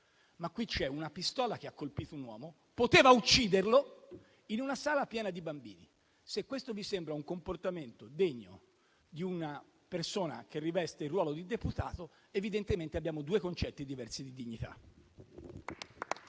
parla di una pistola che ha colpito un uomo e poteva ucciderlo in una sala piena di bambini. Se questo vi sembra un comportamento degno di una persona che riveste il ruolo di deputato, evidentemente abbiamo due concetti diversi di dignità.